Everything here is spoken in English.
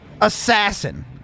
Assassin